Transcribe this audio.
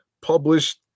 published